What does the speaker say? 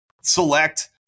select